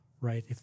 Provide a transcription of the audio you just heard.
right